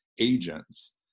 agents